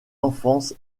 enfance